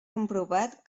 comprovat